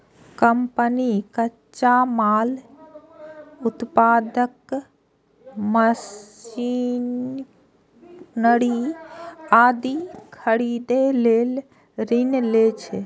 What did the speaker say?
company कच्चा माल, उपकरण, मशीनरी आदि खरीदै लेल ऋण लै छै